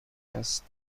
است